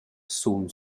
sun